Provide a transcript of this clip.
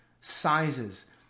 sizes